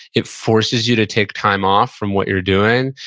it forces you to take time off from what you're doing,